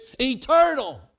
eternal